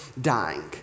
dying